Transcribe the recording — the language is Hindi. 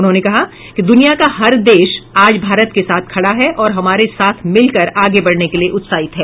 उन्होंने कहा कि दुनिया का हर देश आज भारत के साथ खड़ा है और हमारे साथ मिलकर आगे बढ़ने के लिए उत्साहित है